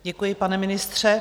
Děkuji, pane ministře.